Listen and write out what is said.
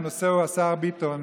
הנושא הוא השר ביטון,